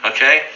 Okay